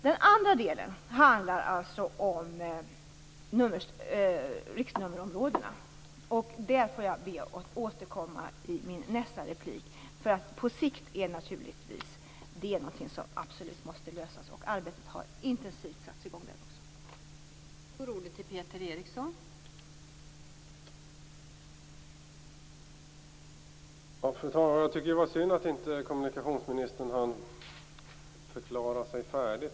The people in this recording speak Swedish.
Den andra delen handlar om riktnummerområdena, och där får jag be att få återkomma i min nästa replik. På sikt är naturligtvis det någonting som absolut måste lösas, och ett intensivt arbete har satts i gång där också.